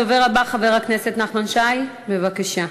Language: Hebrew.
הדובר הבא, חבר הכנסת נחמן שי, בבקשה.